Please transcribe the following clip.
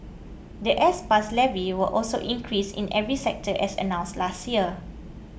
the S Pass levy will also increase in every sector as announced last year